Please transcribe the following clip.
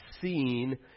seen